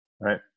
Right